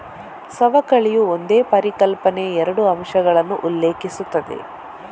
ಸವಕಳಿಯು ಒಂದೇ ಪರಿಕಲ್ಪನೆಯ ಎರಡು ಅಂಶಗಳನ್ನು ಉಲ್ಲೇಖಿಸುತ್ತದೆ